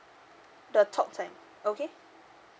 the talk time okay